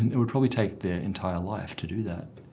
it would probably take their entire life to do that,